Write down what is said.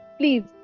please